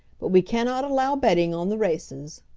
but we cannot allow betting on the races.